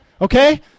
Okay